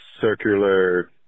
circular